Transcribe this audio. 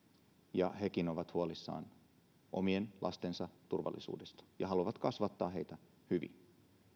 ja hekin ovat huolissaan omien lastensa turvallisuudesta ja haluavat kasvattaa heitä hyvin